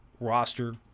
roster